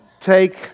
take